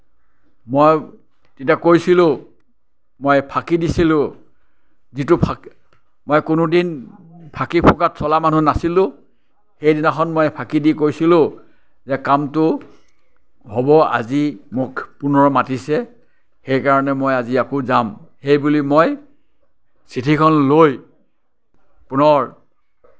মই তেতিয়া কৈছিলোঁ মই ফাঁকি দিছিলোঁ যিটো ফাঁকি মই কোনোদিন ফাঁকি ফুকাত চলা মানুহ নাছিলোঁ সেইদিনাখন মই ফাঁকি দি কৈছিলোঁ যে কামটো হ'ব আজি মোক পুনৰ মাতিছে সেইকাৰণে মই আকৌ যাম সেইবুলি মই চিঠিখন লৈ পুনৰ